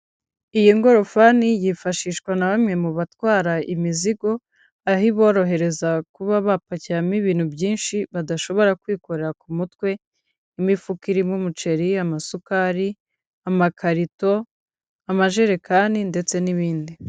Iyi ngorofani yifashishwa na bamwe mu batwara imizigo, aho iborohereza kuba bapakiyemo ibintu byinshi badashobora kwikorera ku mutwe, imifuka irimo umuceri, amasukari, amakarito, amajerekani ndetse n'ibindi.